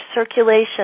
circulation